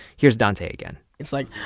here's dante again it's like,